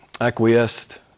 acquiesced